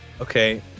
Okay